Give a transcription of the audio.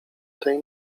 tej